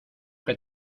que